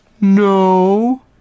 No